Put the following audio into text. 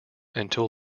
until